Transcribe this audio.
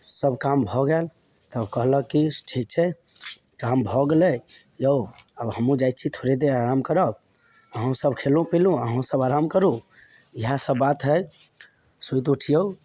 सब काम भऽ गेल तऽ कहलक की ठीक छै जहन भऽ गेलै यौ अब हमहुँ जाइत छी थोड़े देर आराम करब अहुँ सब खयलहुँ पिलहुँ अहुँ सब आराम करू इहए सब बात हय सुति उठियौ